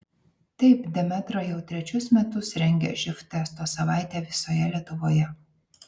taip demetra jau trečius metus rengia živ testo savaitę visoje lietuvoje